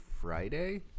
Friday